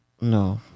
No